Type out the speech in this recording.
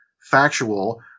factual